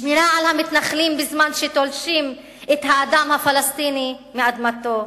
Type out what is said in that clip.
שמירה על המתנחלים בזמן שתולשים את האדם הפלסטיני מאדמתו.